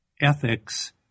ethics